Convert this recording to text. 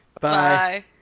Bye